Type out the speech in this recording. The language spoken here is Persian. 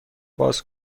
باز